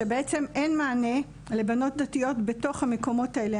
שבעצם אין מענה לבנות דתיות בתוך המקומות האלה.